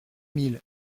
mille